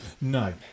No